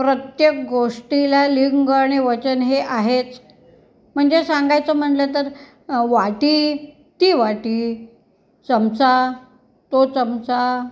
प्रत्येक गोष्टीला लिंग आणि वचन हे आहेच म्हणजे सांगायचं म्हणलं तर वाटी ती वाटी चमचा तो चमचा